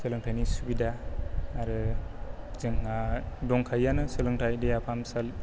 सोलोंथाइनि सुबिदा आरो जोंहा दंखायोयानो सोलोंथाइ देहा फाहामसालि